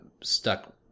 stuck